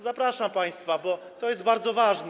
Zapraszam państwa, bo to jest bardzo ważne.